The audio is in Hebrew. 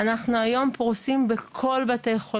ואנחנו נראה איך נוכל להתקדם.